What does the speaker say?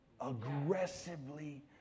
Aggressively